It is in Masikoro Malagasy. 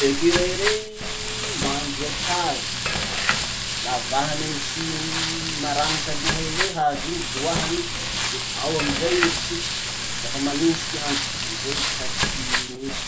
Ecureuils rey mandoaky hazo. Lavahany amy hiny maranitsy aloha eo rey hazo iny, loahany, le ao amizay i misitriky lafa manitsy ty andro amizay i tsy tratry ty nitsy.